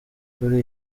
kuri